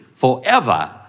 Forever